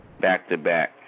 back-to-back